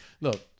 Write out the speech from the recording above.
look